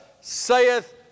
saith